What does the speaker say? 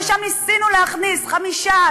ששם ניסינו להכניס 5%,